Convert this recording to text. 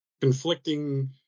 conflicting